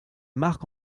marc